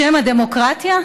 בשם הדמוקרטיה?